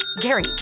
Gary